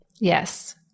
Yes